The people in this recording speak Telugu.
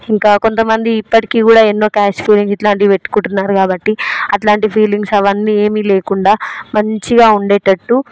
ఇంకా కొంతమంది ఇప్పటికి కూడా ఎన్నో క్యాస్ట్ ఫీలింగ్ ఇలాంటివి పెట్టుకుంటున్నారు కాబట్టి అలాంటి ఫీలింగ్స్ అవన్నీ ఏమీ లేకుండా మంచిగా ఉండేటట్టు